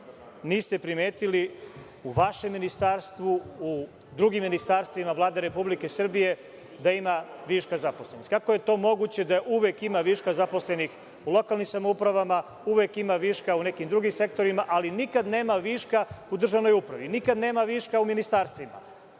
niste primetili u vašem ministarstvu, u drugim ministarstvima Vlade Republike Srbije, da ima viška zaposlenih? Kako je to moguće da uvek ima višak zaposlenih u lokalnim samoupravama i u nekim drugim sektorima, ali nikad nema viška u državnoj upravi, u ministarstvima?